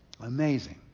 Amazing